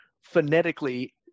phonetically